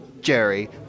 Jerry